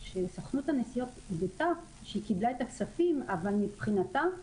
שסוכנות הנסיעות הודתה שקיבלה את הכספים אבל מבחינתה,